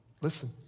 Listen